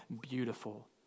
beautiful